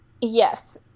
Yes